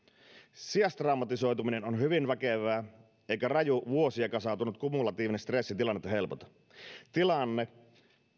sijaistraumatisoituminen on hyvin väkevää eikä raju vuosia kasaantunut kumulatiivinen stressi tilannetta helpota tilanne